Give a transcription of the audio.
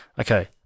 Okay